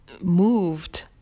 moved